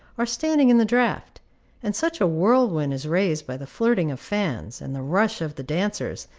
are standing in the draught and such a whirlwind is raised by the flirting of fans, and the rush of the dancers,